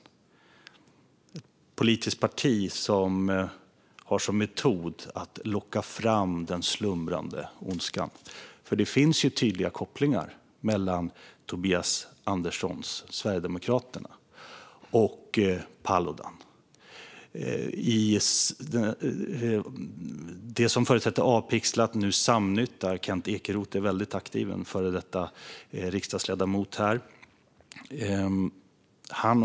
Vi har ett politiskt parti som har som metod att locka fram den slumrande ondskan. Det finns nämligen tydliga kopplingar mellan Tobias Anderssons Sverigedemokraterna och Paludan. Det som förut hette Avpixlat heter nu Samnytt, och där är den före detta riksdagsledamoten Kent Ekeroth väldigt aktiv.